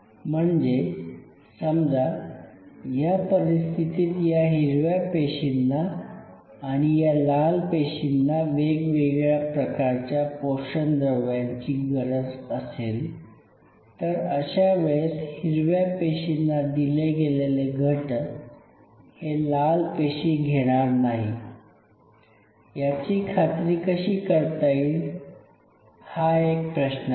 म्हणजे समजा या परिस्थितीत या हिरव्या पेशींना आणि या लाल पेशींना वेगवेगळ्या प्रकारच्या पोषणद्रव्यांची गरज असेल तर अशा वेळेस हिरव्या पेशींना दिले गेलेले घटक हे लाल पेशी घेणार नाही याची खात्री कशी करता येईल हा एक प्रश्न आहे